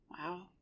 wow